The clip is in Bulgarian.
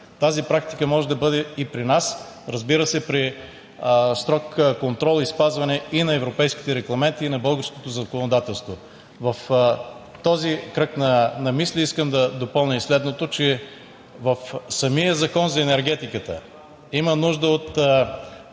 Тази практика може да бъде и при нас, разбира се, при строг контрол и спазване и на европейските регламенти, и на българското законодателство. В този кръг на мисли искам да допълня и следното, че в самия Закон за енергетиката има нужда от,